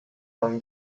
non